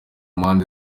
mpande